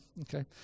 okay